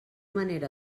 manera